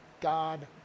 God